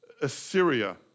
Assyria